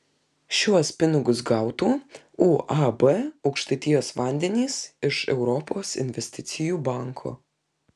šiuos pinigus gautų uab aukštaitijos vandenys iš europos investicijų banko